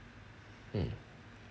mm